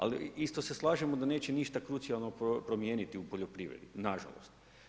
Ali isto se slažemo da neće ništa krucijalno promijeniti u poljoprivredi, na žalost.